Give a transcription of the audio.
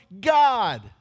God